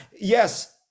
yes